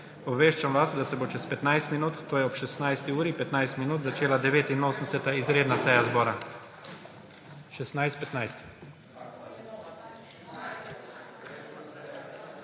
Obveščam vas, da se bo čez 15 minut, to je ob 16.15, začela 89. izredna seja zbora. (SEJA